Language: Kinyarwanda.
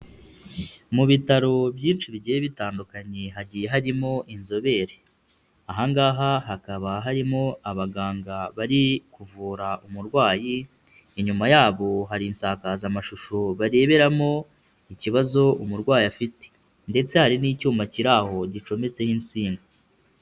Mu bitaro byinshi bigiye bitandukanye hagiye harimo inzobere, aha ngaha hakaba harimo abaganga bari kuvura umurwayi, inyuma yabo hari insakazamashusho bareberamo ikibazo umurwayi afite ndetse hari n'icyuma kiri aho gicometseho insinga.